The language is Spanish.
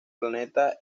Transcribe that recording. planeta